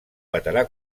veterà